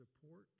support